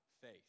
faith